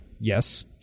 Yes